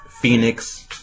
Phoenix